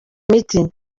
miti